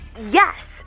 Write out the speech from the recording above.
yes